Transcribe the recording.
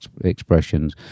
expressions